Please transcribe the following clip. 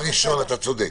אתה צודק.